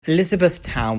elizabethtown